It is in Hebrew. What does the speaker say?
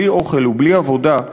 בלי אוכל ובלי עבודה,